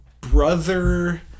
brother